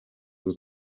uru